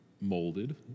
molded